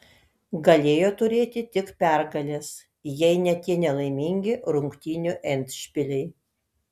galėjo turėti tik pergales jei ne tie nelaimingi rungtynių endšpiliai